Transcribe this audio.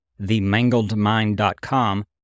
themangledmind.com